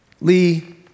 Lee